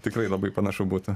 tikrai labai panašu butų